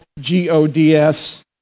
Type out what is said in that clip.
g-o-d-s